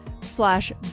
slash